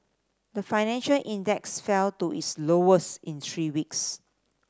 the financial index fell to its lowest in three weeks